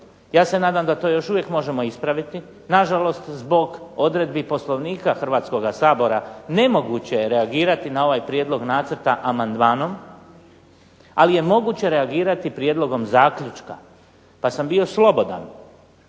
Ja se nadam da to još uvijek možemo ispraviti na žalost zbog odredbi Poslovnika Hrvatskoga sabora nemoguće je reagirati na ovaj prijedlog nacrta amandmanom, ali je moguće reagirati prijedlogom zaključka, pa sam bio slobodan